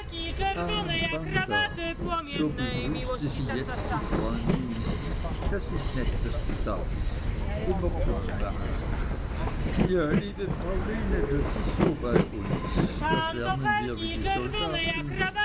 so begrüßte sie jetzt die freundin das is nett daß du da bist immer pünktlich ja liebe pauline das is so bei uns das lernen wir wie die soldaten